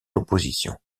l’opposition